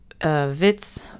Witz